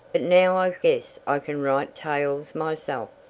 but now i guess i can write tales myself.